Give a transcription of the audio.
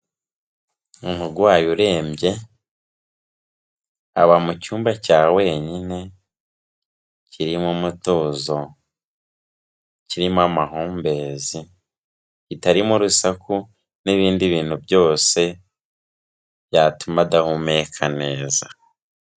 Umurwayi urembye aba mu cyumba cya wenyine kirimo umutuzo, kirimo amahumbezi, kitarimo urusaku n'ibindi bintu byose byatuma adahumeka neza.